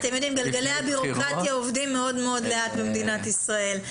אתם יודעים: גלגלי הבירוקרטיה עובדים מאוד-מאוד לאט במדינת ישראל,